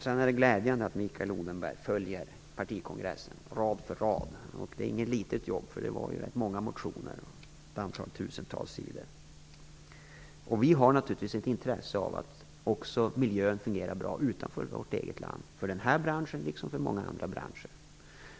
Det är glädjande att Mikael Odenberg följer partikongressen rad för rad. Det är inget litet jobb, för det var ju rätt många motioner - ett antal tusen sidor. Vi har naturligtvis ett intresse av att miljön fungerar bra även utanför vårt eget land när det gäller den här branschen liksom andra branscher.